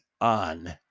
on